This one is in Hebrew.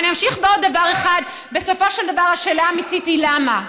ואני אמשיך בעוד דבר אחד: בסופו של דבר השאלה האמיתית היא למה,